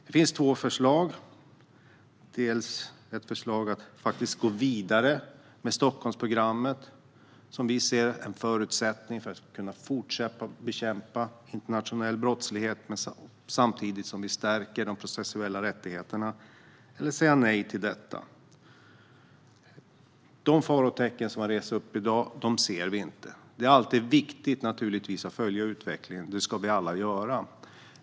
Det finns två förslag: att gå vidare med Stockholmsprogrammet, som vi ser är en förutsättning för att fortsätta att bekämpa internationell brottslighet samtidigt som vi stärker de processuella rättigheterna, eller att säga nej till detta. De farotecken som har rests i dag ser vi inte. Det är naturligtvis alltid viktigt att följa utvecklingen, och det ska vi alla göra.